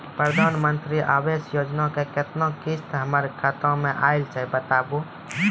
प्रधानमंत्री मंत्री आवास योजना के केतना किस्त हमर खाता मे आयल छै बताबू?